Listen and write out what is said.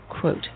Quote